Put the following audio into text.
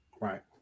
Right